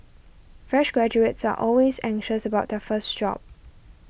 fresh graduates are always anxious about their first job